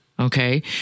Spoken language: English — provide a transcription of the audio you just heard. Okay